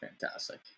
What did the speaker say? fantastic